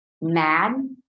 mad